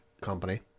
company